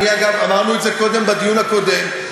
אגב, אמרנו את זה קודם בדיון הקודם.